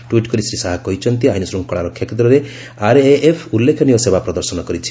tweet କରି ଶ୍ରୀ ଶାହା କହିଛନ୍ତି ଆଇନ୍ଶୃଙ୍ଖଳା ରକ୍ଷା କ୍ଷେତ୍ରରେ ଆର୍ଏଏଫ୍ ଉଲ୍ଲେଖନୀୟ ସେବା ପ୍ରଦର୍ଶନ କରିଆସିଛି